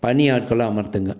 பணி ஆட்களை அமர்த்துங்கள்